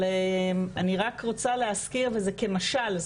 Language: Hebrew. אבל אני רק רוצה להזכיר וזה כמשל,